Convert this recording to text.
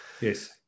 Yes